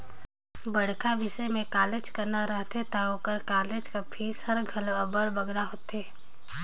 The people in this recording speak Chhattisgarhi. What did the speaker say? बड़खा बिसे में कॉलेज कराना रहथे ता ओकर कालेज कर फीस हर घलो अब्बड़ बगरा होथे